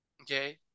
Okay